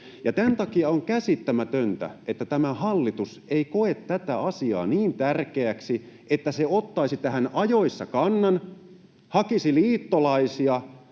Tämän takia on käsittämätöntä, että tämä hallitus ei koe tätä asiaa niin tärkeäksi, että se ottaisi tähän ajoissa kannan, hakisi liittolaisia